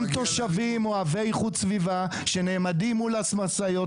גם תושבים אוהבי איכות סביבה שנעמדים מול המשאיות